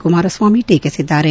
ಕುಮಾರಸ್ನಾಮಿ ಟೀಕಿಸಿದ್ದಾರೆ